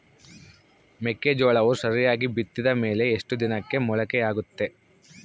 ಮೆಕ್ಕೆಜೋಳವು ಸರಿಯಾಗಿ ಬಿತ್ತಿದ ಮೇಲೆ ಎಷ್ಟು ದಿನಕ್ಕೆ ಮೊಳಕೆಯಾಗುತ್ತೆ?